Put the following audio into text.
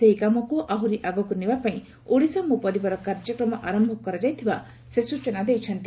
ସେହି କାମକୁ ଆହୁରି ଆଗକୁ ନେବାପାଇଁ ଓଡ଼ିଶା ମୋ ପରିବାର କାର୍ଯ୍ୟକ୍ରମ ଆର କରାଯାଇଥିବା ସେ ସ୍ଚନା ଦେଇଛନ୍ତି